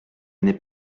n’est